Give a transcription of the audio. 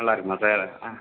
நல்லா இருக்குமா சார்